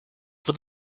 for